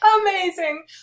amazing